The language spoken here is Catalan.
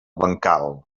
bancal